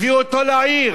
הביא אותו לעיר,